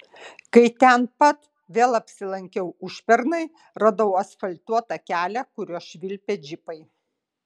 kai ten pat vėl apsilankiau užpernai radau asfaltuotą kelią kuriuo švilpė džipai